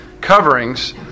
coverings